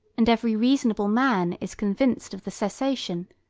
and every reasonable man is convinced of the cessation,